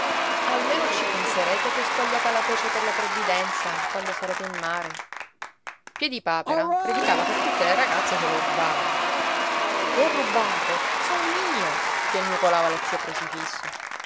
almeno ci penserete che ho squagliata la pece per la provvidenza quando sarete in mare piedipapera predicava che tutte le ragazze se lo rubavano chi è rubato son io piagnucolava lo zio crocifisso